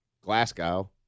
Glasgow